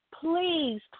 please